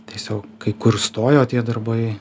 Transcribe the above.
tiesiog kai kur stojo tie darbai